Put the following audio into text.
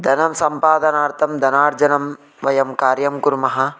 धनं सम्पादनार्थं धनार्जनं वयं कार्यं कुर्मः